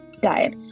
diet